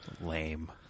Lame